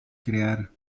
crear